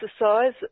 exercise